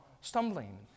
stumbling